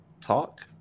talk